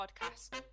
Podcast